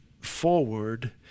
forward